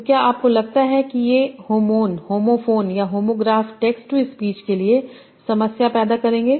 तो क्या आपको लगता है कि ये होमन होमो फोन या होमोग्राफ टेक्स्ट टू स्पीच के लिए समस्या पैदा करेंगे